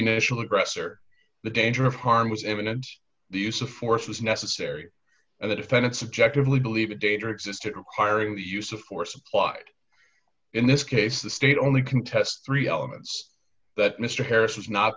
initial aggressor the danger of harm was imminent the use of force was necessary and the defendant subjectively believe a danger existed requiring the use of force applied in this case the state only contest three elements that mr harris was not